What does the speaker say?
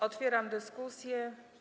Otwieram dyskusję.